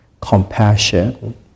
compassion